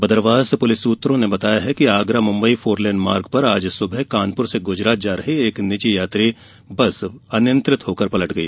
Badarwas police सूत्रों ने बताया कि आगरा मुंबई फोरलेन मार्ग पर आज सुबह कानपुर से गुजरात जा रही एक निजी यात्री बस अनियंत्रित होकर पलट गई